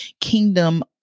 kingdom